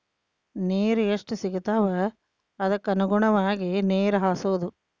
ನೇರ ಎಷ್ಟ ಸಿಗತಾವ ಅದಕ್ಕ ಅನುಗುಣವಾಗಿ ನೇರ ಹಾಸುದು